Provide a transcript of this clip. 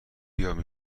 بیام